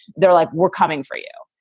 they're like, we're coming for you.